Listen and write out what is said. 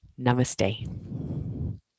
namaste